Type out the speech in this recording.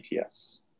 ATS